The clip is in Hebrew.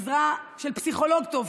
עזרה של פסיכולוג טוב,